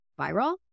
viral